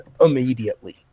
immediately